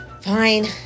Fine